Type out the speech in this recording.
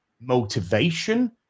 motivation